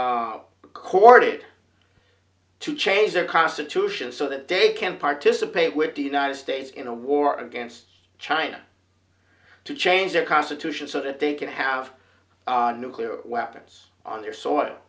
recorded to change their constitution so that they can participate with the united states in a war against china to change their constitution so that they can have nuclear weapons on their soil